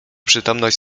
przytomność